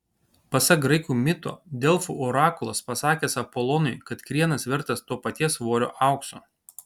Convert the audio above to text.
pasak graikų mito delfų orakulas pasakęs apolonui kad krienas vertas to paties svorio aukso